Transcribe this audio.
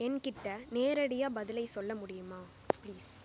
என்கிட்டே நேரடியாக பதிலை சொல்ல முடியுமா பிளீஸ்